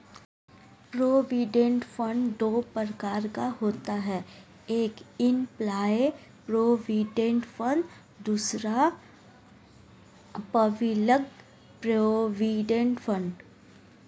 provident fund दो प्रकार का होता है एक एंप्लॉय प्रोविडेंट फंड दूसरा पब्लिक प्रोविडेंट फंड